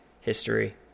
history